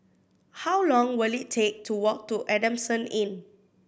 how long will it take to walk to Adamson Inn